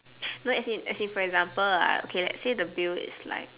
no as in as in for example ah okay let's say the bill is like